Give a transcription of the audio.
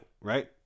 right